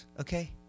okay